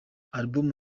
album